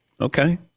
Okay